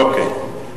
אוקיי.